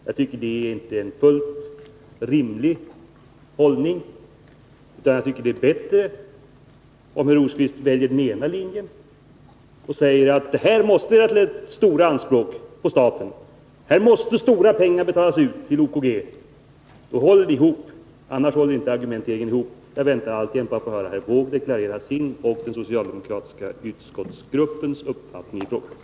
Jag tycker inte att det är en fullt rimlig hållning, utan jag tycker att det är bättre om herr Rosqvist väljer den ena linjen och säger att här måste stora pengar betalas ut till OKG. Då håller argumenteringen ihop, annars gör den det inte. Och så väntar jag alltjämt på att få höra herr Wååg deklarera sin och den socialdemokratiska utskottsgruppens uppfattning i frågan.